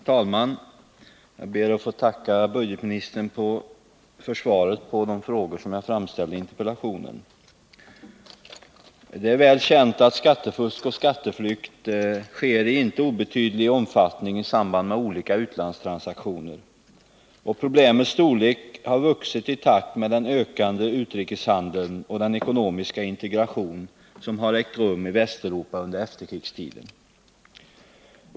Herr talman! Jag ber att få tacka budgetministern för svaret på de frågor jag framställde i interpellationen. Det är väl känt att skattefusk och skatteflykt sker i inte obetydlig omfattning i samband med olika utlandstransaktioner. Problemets storlek har vuxit i takt med den ökande utlandshandeln och den ekonomiska integration som har ägt rum i Västeuropa under efterkrigstiden.